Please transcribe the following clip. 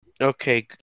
Okay